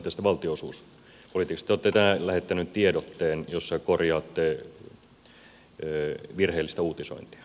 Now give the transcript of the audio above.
te olette tänään lähettäneet tiedotteen jossa korjaatte virheellistä uutisointia